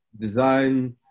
design